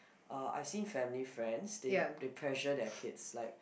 uh I've seen family friends they pressure their kids like